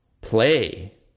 play